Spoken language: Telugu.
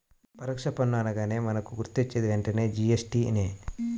పరోక్ష పన్నులు అనగానే మనకు గుర్తొచ్చేది వెంటనే జీ.ఎస్.టి నే